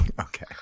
okay